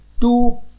Two